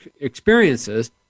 experiences